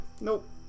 Nope